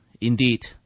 indeed